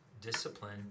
discipline